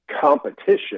competition